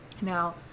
now